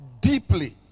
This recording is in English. deeply